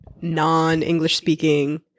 non-English-speaking